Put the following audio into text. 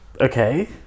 Okay